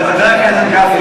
חבר הכנסת גפני,